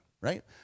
right